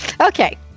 Okay